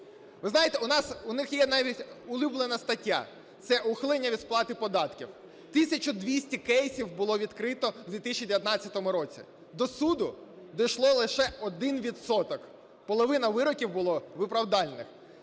Ви знаєте, у них є навіть улюблена стаття – це ухилення від сплати податків. Тисяча двісті кейсів було відкрито в 2019 році. До суду дійшов лише один відсоток. Половина вироків була виправдувальних.